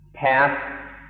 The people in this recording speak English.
Path